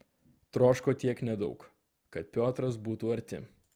troško tiek nedaug kad piotras būtų arti